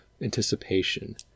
anticipation